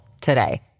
today